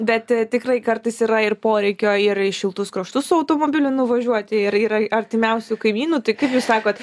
bet tikrai kartais yra ir poreikio ir į šiltus kraštus su automobiliu nuvažiuoti ir yra artimiausių kaimynų tai kaip jūs sakot